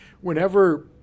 Whenever